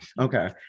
okay